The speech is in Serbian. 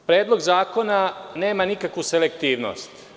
Predlog zakona nema nikakvu selektivnost.